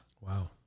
wow